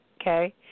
okay